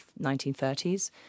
1930s